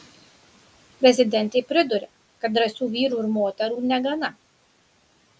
prezidentė priduria kad drąsių vyrų ir moterų negana